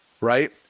right